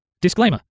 Disclaimer